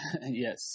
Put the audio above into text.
Yes